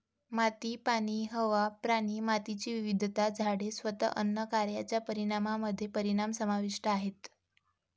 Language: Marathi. माती, पाणी, हवा, प्राणी, मातीची विविधता, झाडे, स्वतः अन्न कारच्या परिणामामध्ये परिणाम समाविष्ट आहेत